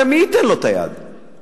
הרי מי ייתן לו את היד לעשות זאת?